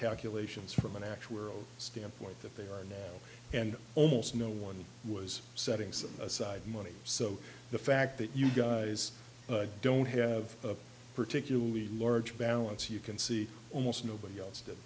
calculations from an actual world standpoint that they are now and almost no one was setting set aside money so the fact that you guys don't have a particularly large balance you can see almost nobody else t